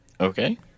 okay